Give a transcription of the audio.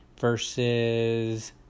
versus